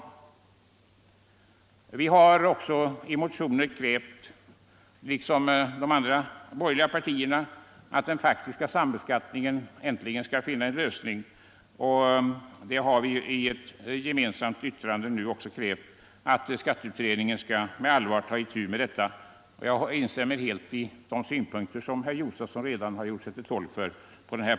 Liksom de övriga borgerliga partierna har vi också i motioner krävt att problemet med den faktiska sambeskattningen äntligen skall lösas, och vi har i ett gemensamt yttrande krävt att skatteutredningen skall ta itu med den frågan på allvar. Jag instämmer där helt i de synpunkter som herr Josefson här har gjort sig till tolk för.